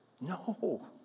No